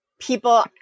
people